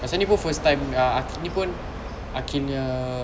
pasal ni pun first time ah ni pun aqil nya